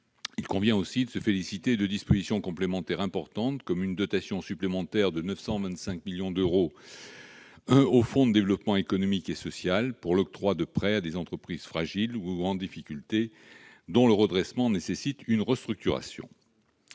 Il convient aussi de se féliciter de dispositions complémentaires importantes, comme la dotation supplémentaire de 925 millions d'euros au Fonds de développement économique et social, pour l'octroi de prêts à des entreprises fragiles ou en difficulté et dont le redressement nécessite une restructuration.